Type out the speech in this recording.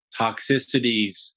toxicities